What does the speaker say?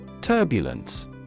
Turbulence